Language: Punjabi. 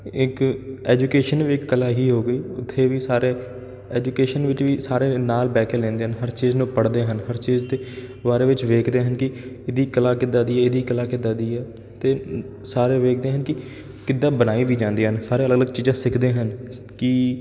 ਇੱਕ ਐਜੂਕੇਸ਼ਨ ਵੀ ਇੱਕ ਕਲਾ ਹੀ ਹੋ ਗਈ ਉੱਥੇ ਵੀ ਸਾਰੇ ਐਜੂਕੇਸ਼ਨ ਵਿੱਚ ਵੀ ਸਾਰੇ ਨਾਲ ਬਹਿ ਕੇ ਲੈਂਦੇ ਹਨ ਹਰ ਚੀਜ਼ ਨੂੰ ਪੜ੍ਹਦੇ ਹਨ ਹਰ ਚੀਜ਼ ਦੇ ਬਾਰੇ ਵਿੱਚ ਵੇਖਦੇ ਹਨ ਕਿ ਇਹਦੀ ਕਲਾ ਕਿੱਦਾਂ ਦੀ ਹੈ ਇਹਦੀ ਕਲਾ ਕਿੱਦਾਂ ਦੀ ਹੈ ਅਤੇ ਸਾਰੇ ਵੇਖਦੇ ਹਨ ਕਿ ਕਿੱਦਾਂ ਬਣਾਈ ਵੀ ਜਾਂਦੇ ਹਨ ਸਾਰੇ ਅਲੱਗ ਅਲੱਗ ਚੀਜ਼ਾਂ ਸਿੱਖਦੇ ਹਨ ਕਿ